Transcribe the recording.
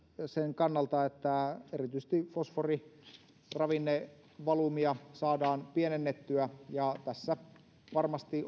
sen kannalta että erityisesti fosforiravinnevalumia saadaan pienennettyä tässä varmasti